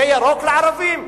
זה ירוק לערבים.